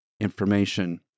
information